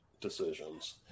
decisions